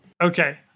Okay